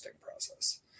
process